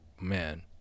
man